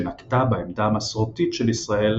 שנקטה בעמדה המסורתית של ישראל